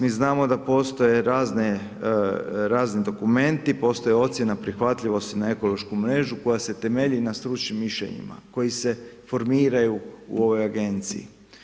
Mi znamo da postoji razni dokumenti, postoji ocjena prihvatljivosti na ekološku mrežu, koja se temelji na stručnim mišljenima, koji se formiraju u ovoj agenciji.